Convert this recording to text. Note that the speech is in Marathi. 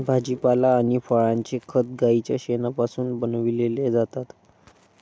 भाजीपाला आणि फळांचे खत गाईच्या शेणापासून बनविलेले जातात